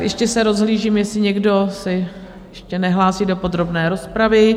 Ještě se rozhlížím, jestli někdo se ještě nehlásí do podrobné rozpravy?